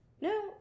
No